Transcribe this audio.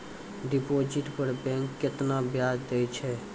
Deposit पर bank केतना ब्याज दै छै?